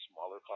smaller